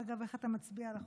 אגב, איך אתה מצביע על החוק?